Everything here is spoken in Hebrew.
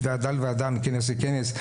מוועדה לוועדה, מכנס לכנס.